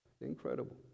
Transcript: incredible